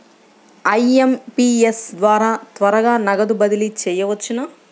IMPS ద్వారా త్వరగా నగదు బదిలీ చేయవచ్చునా?